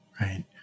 right